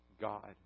God